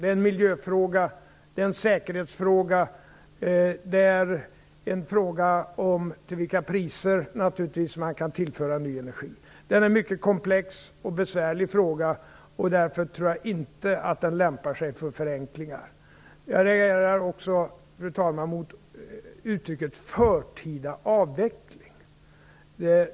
Det är en miljöfråga, det är en säkerhetsfråga, det är naturligtvis en fråga om till vilka priser man kan tillföra ny energi. Det är en mycket komplex och besvärlig fråga och därför tror jag inte att den lämpar sig för förenklingar. Jag reagerar också, fru talman, mot uttrycket förtida avveckling.